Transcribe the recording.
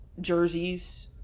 jerseys